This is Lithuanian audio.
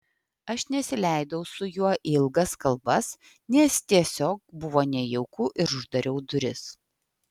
aš nesileidau su juo į ilgas kalbas nes tiesiog buvo nejauku ir uždariau duris